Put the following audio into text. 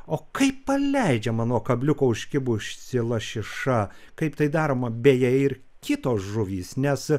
o kai paleidžiama nuo kabliuko užkibusi lašiša kaip tai daroma beje ir kitos žuvys nes